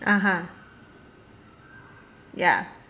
(uh huh) ya